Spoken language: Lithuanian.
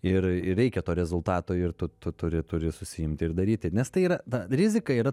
ir ir reikia to rezultato ir tu tu turi turi susiimt ir daryti nes tai yra na rizika yra